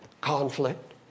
conflict